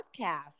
Podcast